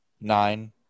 nine